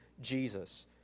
Jesus